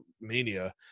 mania